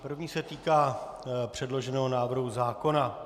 První se týká předloženého návrhu zákona.